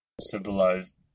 civilized